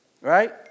Right